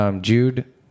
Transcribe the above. Jude